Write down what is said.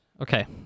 Okay